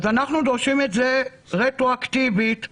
אז אנחנו דורשים את זה רטרואקטיבית במלואו,